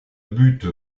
butte